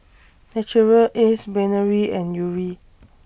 Naturel Ace Brainery and Yuri